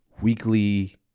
weekly